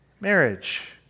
marriage